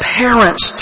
parents